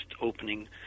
opening